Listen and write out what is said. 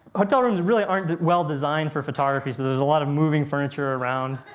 hotel rooms really aren't well-designed for photography, so there is a lot of moving furniture around